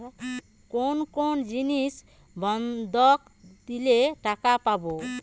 কোন কোন জিনিস বন্ধক দিলে টাকা পাব?